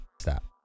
stop